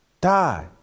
Die